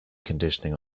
conditioning